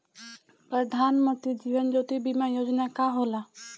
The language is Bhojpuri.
प्रधानमंत्री जीवन ज्योति बीमा योजना का होला?